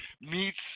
meets